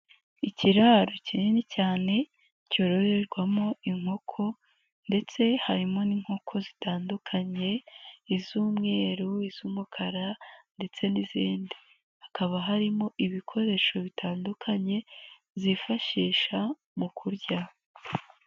Ikiraro kinini cyane cyororerwamo inkoko ndetse harimo n'inkoko zitandukanye iz'umweru, iz'umukara, ndetse n'izindi. Hakaba harimo ibikoresho bitandukanye zifashisha mu kurya.